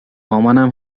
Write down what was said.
مامانم